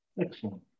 Excellent